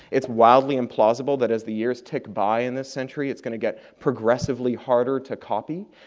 it's wildly implausible that as the years tick by in this century, it's going to get progressively harder to copy.